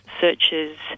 searches